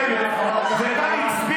פרשנותם לחוקי-היסוד,